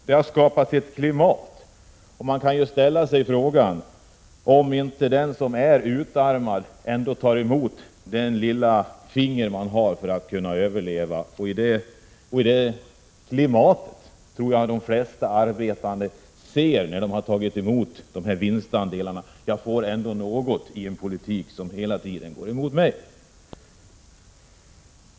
Det har skapat ett klimat som gör att den som är utarmad tar emot detta lilla utsträckta finger för att kunna överleva. Jag tror att de flesta arbetande, när de har tagit emot dessa vinstandelar, sett det på detta sätt: Jag får ändå något i en politik som hela tiden går emot mig.